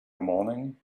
morning